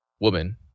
woman